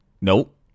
Nope